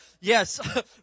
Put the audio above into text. yes